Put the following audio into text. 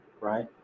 right